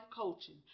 coaching